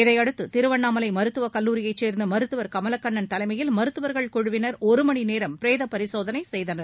இதையடுத்து திருவண்ணாமலை மருத்துவக் கல்லூரியைச் சேர்ந்த மருத்துவர் கமலக்கண்ணன் தலைமையில் மருத்துவர்கள் குழுவினர் ஒருமணி நேரம் பிரேதப் பரிசோதனை செய்தனர்